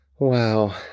Wow